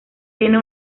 tiene